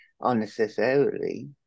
unnecessarily